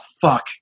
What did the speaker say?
fuck